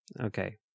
Okay